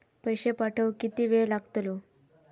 पैशे पाठवुक किती वेळ लागतलो?